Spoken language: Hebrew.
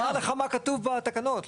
אני אומר לך מה כתוב בתקנות.